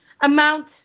amount